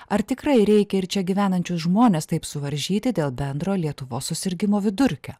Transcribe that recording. ar tikrai reikia ir čia gyvenančius žmones taip suvaržyti dėl bendro lietuvos susirgimo vidurkio